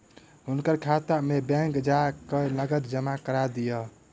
हुनकर खाता में बैंक जा कय नकद जमा करा दिअ